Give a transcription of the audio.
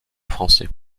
français